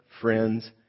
friends